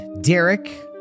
Derek